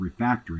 refactoring